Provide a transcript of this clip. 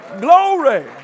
Glory